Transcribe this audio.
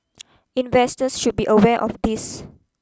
investors should be aware of this